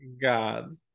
God